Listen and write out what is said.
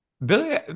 Billy